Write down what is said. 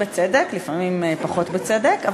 לפעמים בצדק ולפעמים פחות בצדק,